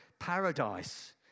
paradise